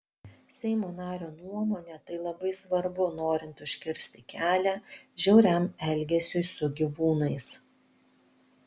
seimo nario nuomone tai labai svarbu norint užkirsti kelią žiauriam elgesiui su gyvūnais